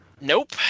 nope